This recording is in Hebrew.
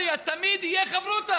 למפלגת ש"ס יש עיתון,